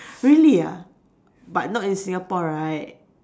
really ah but not in Singapore right